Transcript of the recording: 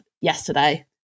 yesterday